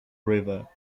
river